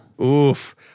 oof